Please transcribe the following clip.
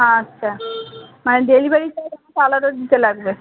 আচ্ছা মানে delivery charge আমাকে আলাদা দিতে লাগবে